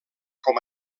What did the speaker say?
com